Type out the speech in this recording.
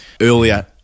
earlier